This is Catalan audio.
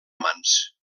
amants